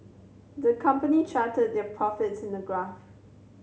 the company charted their profits in a graph